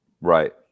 Right